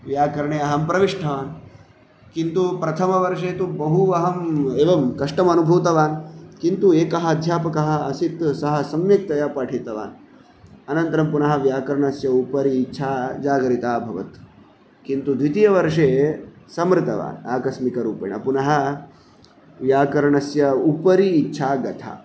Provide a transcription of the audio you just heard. व्याकरणे अहं प्रविष्टवान् किन्तु प्रथमवर्षे तु बहु अहम् एवं कष्टमनुभूतवान् किन्तु एकः अध्यापकः आसीत् सः सम्यक्तया पाठितवान् अनन्तरं पुनः व्याकरणस्य उपरि इच्छा जागरिता अभवत् किन्तु द्वितीयवर्षे स मृतवान् आकस्मिकरूपेण पुनः व्याकरणस्य उपरि इच्छा गता